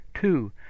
Two